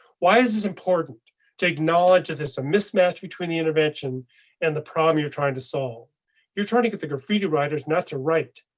why is this important to acknowledge? there's a mismatch between the intervention and the problem you're trying to solve your trying to get the graffiti writers not to write,